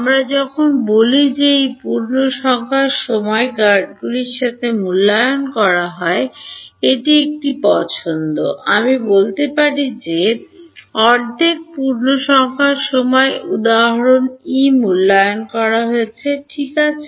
আমরা যখন বলি যে ই পূর্ণসংখ্যার সময় গার্ডগুলির সাথে মূল্যায়ন করা হয় এটি একটি পছন্দ আমি বলতে পারি যে অর্ধেক পূর্ণসংখ্যার সময় উদাহরণে ই মূল্যায়ন করা হয়েছে ঠিক আছে